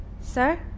Sir